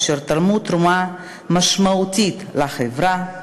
אשר תרמו תרומה משמעותית לחברה,